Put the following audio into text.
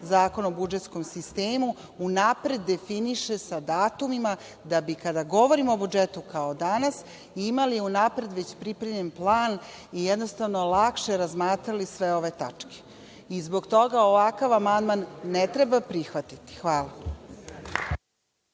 Zakon o budžetskom sistemu unapred definiše sa datumima, da bi kada govorimo o budžetu kao danas imali unapred već pripremljen plan i jednostavno lakše razmatrali sve ove tačke. Zbog toga ovakav amandman ne treba prihvatiti. Hvala.